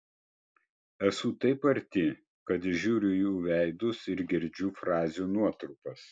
esu taip arti kad įžiūriu jų veidus ir girdžiu frazių nuotrupas